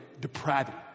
depravity